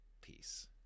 peace